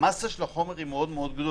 שהמסה של החומר היא מאוד מאוד גדולה,